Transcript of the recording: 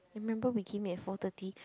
I remember we came in at four thirty